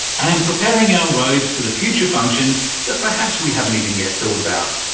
and preparing our roads for the future functions that perhaps we haven't even yet thought about.